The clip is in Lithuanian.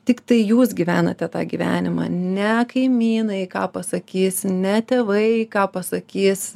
tiktai jūs gyvenate tą gyvenimą ne kaimynai ką pasakys ne tėvai ką pasakys